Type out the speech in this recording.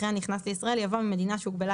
אחרי "הנכנס לישראל" יבוא "ממדינה שהוגבלה